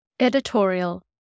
Editorial